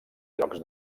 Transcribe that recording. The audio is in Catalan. llocs